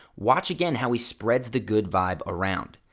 watch again how he spreads the good vibe around.